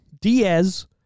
Diaz